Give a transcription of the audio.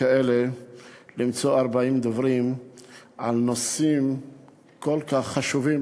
כאלה למצוא 40 דוברים על נושאים כל כך חשובים,